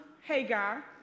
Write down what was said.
Hagar